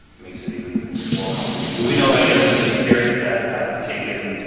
makes it even more complicated. do we know of any other cities gary that have taken?